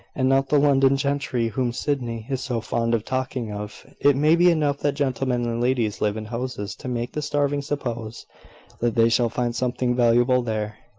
and not the london gentry whom sydney is so fond of talking of, it may be enough that gentlemen and ladies live in houses to make the starving suppose that they shall find something valuable there.